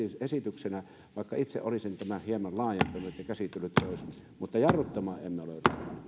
esityksenä vaikka itse olisin tämän hieman laajentanut ja käsitellyt toisin mutta jarruttamaan emme ole